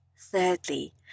Thirdly